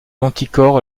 manticore